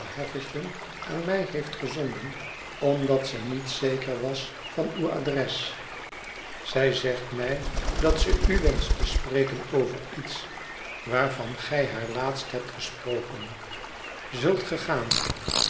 aan mij heeft gezonden omdat ze niet zeker was van uw adres zij zegt mij dat ze u wenscht te spreken over iets waarvan gij haar laatst hebt gesproken zult